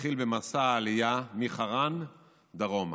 והתחיל במסע העלייה מחרן דרומה.